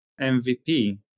mvp